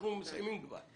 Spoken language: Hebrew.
אנחנו כבר מסיימים את הדיון.